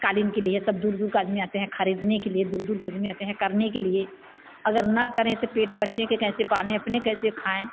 क़ालीन के लिए सब दूर दूर के आदमी आते हैं ख़रीदने के लिए दूर दूर के आदमी आते हैं करने के लिए अगर ना करें तो पेट बच्चे के कैसे पालें अपने कैसे खाएं